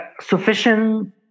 sufficient